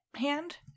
hand